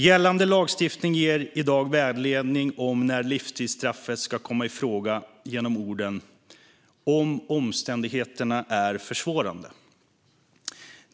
Gällande lagstiftning ger i dag vägledning om när livstidsstraffet ska komma i fråga genom orden "om omständigheterna är försvårande".